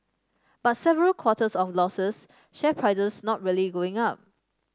but several quarters of losses share prices not really going up